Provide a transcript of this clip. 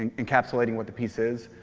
and encapsulating what the piece is,